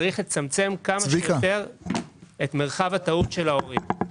צריך לצמצם כמה שיותר את מרחב הטעות של ההורים.